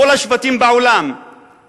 כל השבטים בעולם,